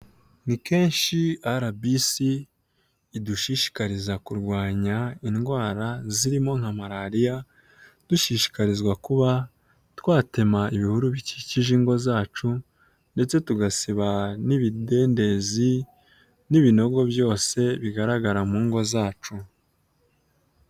Nikenshi arbc idushishikariza kurwanya inrwara zirimo na marariya dushishikarizwa kuba twatema ibihuru bikikije ingo zacu ndetse tugasiba nibidendezi nibinogo byose bigaragara mungo zacu.